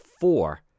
four